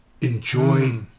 enjoy